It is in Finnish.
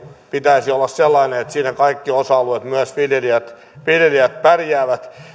pitäisi olla sellainen että siinä kaikki osa alueet myös viljelijät viljelijät pärjäävät